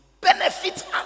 benefit